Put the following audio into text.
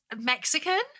Mexican